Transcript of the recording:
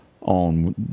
on